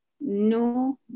No